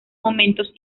momentos